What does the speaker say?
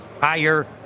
higher